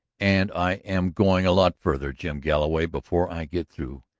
and i am going a lot further, jim galloway, before i get through,